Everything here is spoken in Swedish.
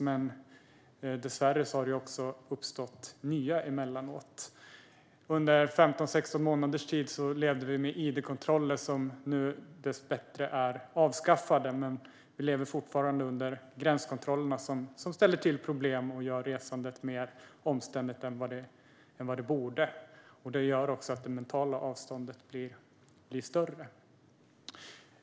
Men dessvärre har det emellanåt uppstått nya gränshinder. Under 15-16 månaders tid levde vi med id-kontroller. De är nu dessbättre avskaffade. Men vi lever fortfarande under gränskontrollerna, som ställer till problem och gör resandet mer omständligt än vad det borde vara. Det gör också att det mentala avståndet blir större.